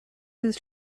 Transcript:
his